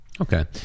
Okay